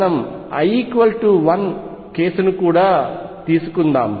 మనం l 1 కేసును కూడా తీసుకుందాం